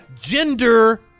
Gender